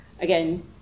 again